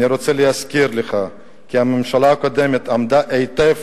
אני רוצה להזכיר לך, כי הממשלה הקודמת עמדה היטב